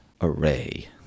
array